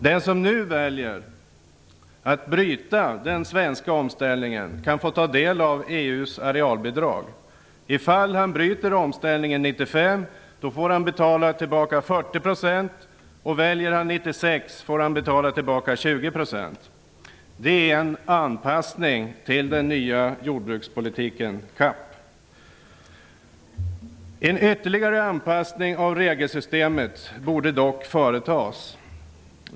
Den som nu väljer att bryta den svenska omställningen kan nu få ta del av EU:s arealbidrag. Om han bryter omställningen 1995 får han betala tillbaka 40 %, och väljer han 1996 får han betala tillbaka 20 %. Det är en anpassning till den nya jordbrukspolitiken CAP. En ytterligare anpassning av regelsystemet borde dock företas.